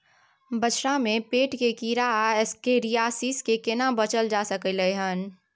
बछरा में पेट के कीरा आ एस्केरियासिस से केना बच ल जा सकलय है?